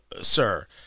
sir